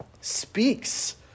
speaks